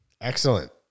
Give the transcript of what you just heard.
Excellent